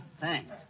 thanks